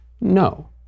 No